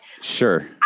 Sure